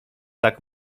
tak